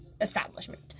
establishment